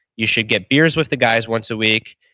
you should get beers with the guys once a week.